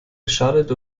geschadet